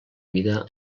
vida